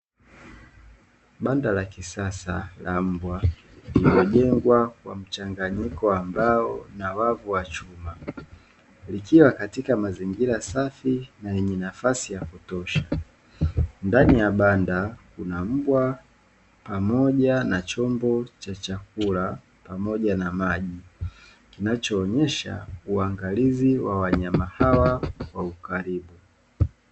Banda la kisasa la mbwa limejengwa kwa mchanganyiko wa mbao na wavu wa chuma likiwa katika mazingira safi na yenye nafasi ya kutosha. ndani ya banda kuna mbwa pamoja na chombo cha chakula pamoja na maji kinachoonyesha uangalizi wa wanyama hawa kwa ukaribu.